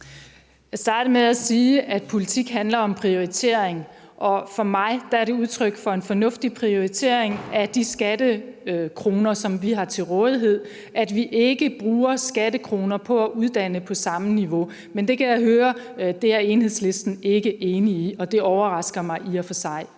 vil starte med at sige, at politik handler om prioritering, og for mig er det udtryk for en fornuftig prioritering af de skattekroner, som vi har til rådighed, altså at vi ikke bruger skattekroner på at uddanne på samme niveau. Men jeg kan høre, at det er Enhedslisten ikke enig i, og det overrasker mig i og for sig